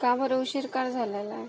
का बरं उशीर का झालेला आहे